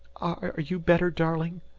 are you better, darling?